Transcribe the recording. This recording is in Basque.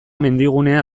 mendigunea